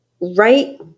right